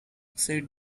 said